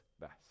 best